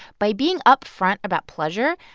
by being upfront about pleasure,